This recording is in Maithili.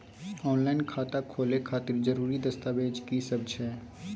ऑनलाइन खाता खोले खातिर जरुरी दस्तावेज की सब छै?